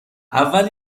اول